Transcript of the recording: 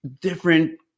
different